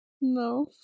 No